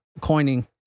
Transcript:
coining